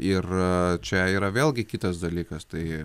ir čia yra vėlgi kitas dalykas tai